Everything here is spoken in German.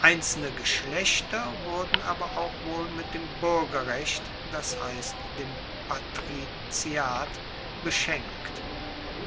einzelne geschlechter wurden aber auch wohl mit dem buergerrecht das heisst dem patriziat beschenkt